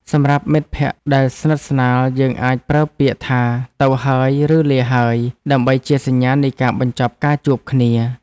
សម្រាប់មិត្តភក្តិដែលស្និទ្ធស្នាលយើងអាចប្រើពាក្យថាទៅហើយឬលាហើយដើម្បីជាសញ្ញានៃការបញ្ចប់ការជួបគ្នា។